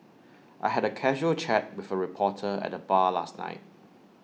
I had A casual chat with A reporter at the bar last night